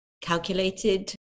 calculated